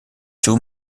two